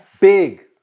big